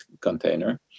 container